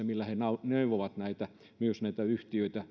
millä he neuvovat myös näitä yhtiöitä